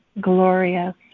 glorious